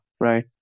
right